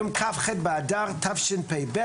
היום כ"ח באדר תשפ"ב,